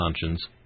conscience